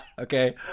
okay